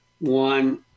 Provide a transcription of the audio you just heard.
one